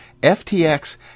FTX